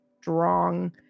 strong